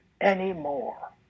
anymore